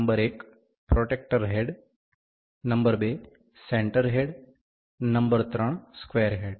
number 1 protractor head number 2 centre head number 3 square head